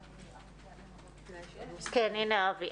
אבי,